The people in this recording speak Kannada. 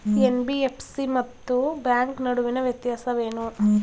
ಎನ್.ಬಿ.ಎಫ್.ಸಿ ಮತ್ತು ಬ್ಯಾಂಕ್ ನಡುವಿನ ವ್ಯತ್ಯಾಸವೇನು?